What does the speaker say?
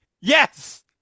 Yes